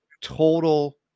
total